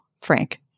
Frank